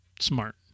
smart